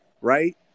Right